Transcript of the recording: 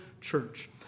church